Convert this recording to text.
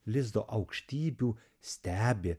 lizdo aukštybių stebi